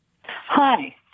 Hi